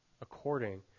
according